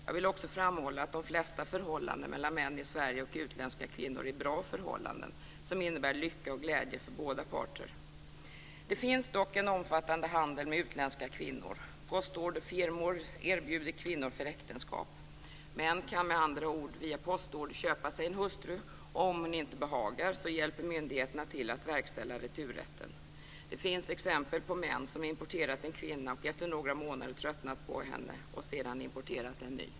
Jag vill också framhålla att de flesta förhållanden mellan män i Sverige och utländska kvinnor är bra förhållanden, som innebär lycka och glädje för båda parter. Det finns dock en omfattande handel med utländska kvinnor. Postorderfirmor erbjuder kvinnor för äktenskap. Män kan alltså via postorder köpa sig en hustru, och om hon inte behagar hjälper myndigheterna till att verkställa returrätten. Det finns exempel på att män som importerat en kvinna tröttnat på henne efter några månader och sedan importerat en ny.